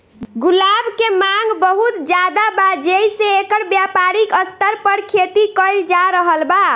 गुलाब के मांग बहुत ज्यादा बा जेइसे एकर व्यापारिक स्तर पर खेती कईल जा रहल बा